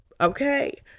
Okay